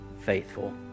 faithful